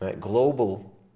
Global